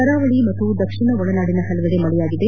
ಕರಾವಳಿ ಮತ್ತು ದಕ್ಷಿಣ ಒಳನಾಡಿನ ಹಲವೆಡೆ ಮಳೆಯಾಗಿದೆ